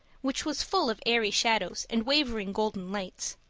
which was full of airy shadows and wavering golden lights.